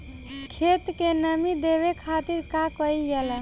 खेत के नामी देवे खातिर का कइल जाला?